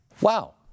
Wow